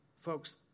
Folks